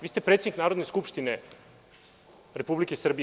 Vi ste predsednik Narodne skupštine Republike Srbije.